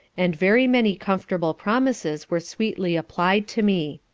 and very many comfortable promises were sweetly applied to me.